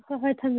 ꯍꯣꯏ ꯍꯣꯏ ꯊꯝꯃꯦ